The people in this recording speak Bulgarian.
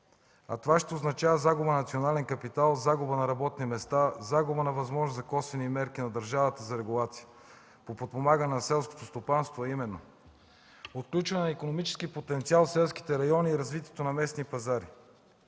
а това ще означава загуба на национален капитал, загуба на работни места, загуба на възможности за косвени мерки на държавата за регулация по подпомагане на селското стопанството, а именно: отключване на икономическия потенциал в селските райони и развитието на местни пазари;